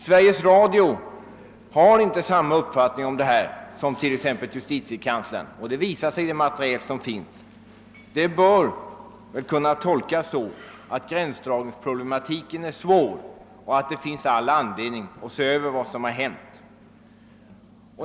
Sveriges Radio har inte samma uppfattning om detta som t.ex. justitiekanslern, vilket framgår av det material som finns. Detta bör tolkas så att gränsdragningsproblematiken är svår, och det finns all anledning att se över vad som har hänt.